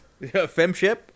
Femship